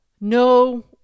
no